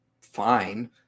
fine